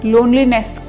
Loneliness